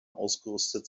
ausgerüstet